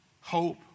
hope